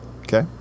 Okay